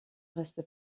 reste